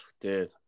dude